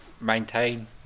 maintain